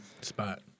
spot